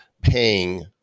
paying